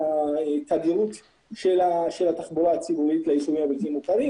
התדירות של התחבורה הציבורית ליישובים הבלתי מוכרים.